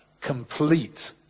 complete